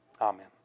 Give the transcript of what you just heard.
Amen